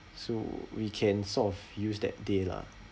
so we can sort of use that day lah